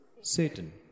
Satan